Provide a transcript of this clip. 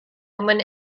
women